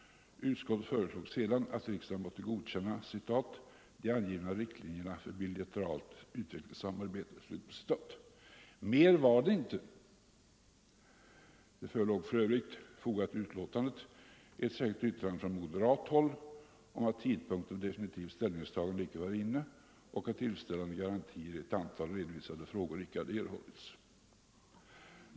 Utskottet föreslog därefter att riksdagen måtte godkänna de ”angivna riktlinjerna för bilateralt utvecklingssamarbete”. Mera var det inte. Det förelåg för övrigt, fogat till betänkandet, ett särskilt yttrande från moderat håll om att tidpunkten för definitivt ställningstagande icke var inne och att tillfredsställande garantier i ett antal redovisade frågor icke hade erhållits.